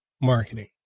marketing